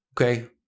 Okay